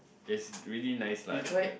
it's really nice lah the food